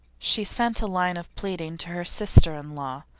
she sent a line of pleading to her sister-in-law,